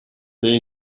they